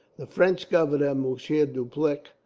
the french governor, monsieur dupleix,